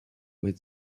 where